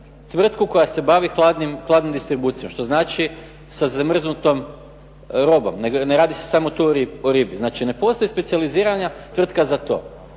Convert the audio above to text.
tvrtku koja se bavi hladnim distribucijom, što znači sa zamrznutom robom. Ne radi se samo tu o ribi. Znači ne postoji specijalizirana tvrtka za to.